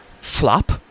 flop